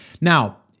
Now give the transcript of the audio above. Now